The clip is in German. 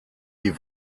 die